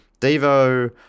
Devo